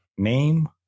name